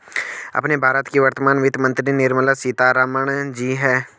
अपने भारत की वर्तमान वित्त मंत्री निर्मला सीतारमण जी हैं